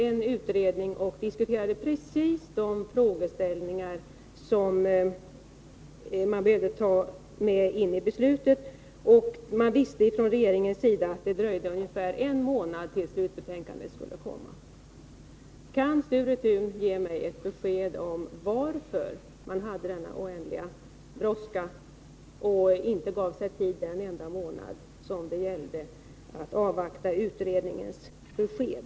En utredning satt och diskuterade precis de frågeställningar som man behövde ta med i beslutet, och regeringen visste att det skulle dröja ungefär en månad till dess slutbetänkandet skulle läggas fram. Kan Sture Thun ge mig besked om varför det var så oändligt bråttom och varför det inte gick att ens denna månad, som det gällde, avvakta utredningens besked?